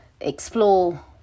explore